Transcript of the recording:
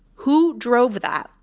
who drove that?